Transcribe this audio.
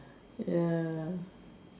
ya